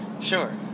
Sure